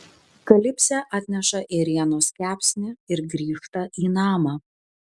kalipsė atneša ėrienos kepsnį ir grįžta į namą